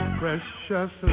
precious